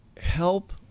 help